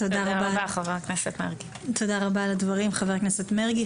תודה רבה על הדברים חבר הכנסת מרגי.